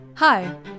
Hi